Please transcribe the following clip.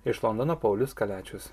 iš londono paulius kaliačius